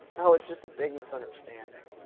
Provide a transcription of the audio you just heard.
no, it's just a big misunderstanding.